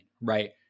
right